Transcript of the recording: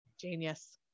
Genius